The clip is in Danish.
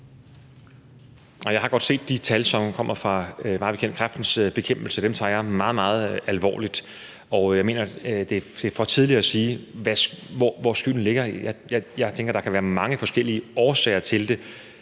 Jeg har godt set de tal, som mig bekendt kommer fra Kræftens Bekæmpelse. Dem tager jeg meget, meget alvorligt. Jeg mener, det er for tidligt at sige, hvor skylden ligger. Jeg tænker, at der kan være mange forskellige årsager til det,